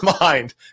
mind